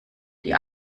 die